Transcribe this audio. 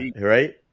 right